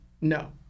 No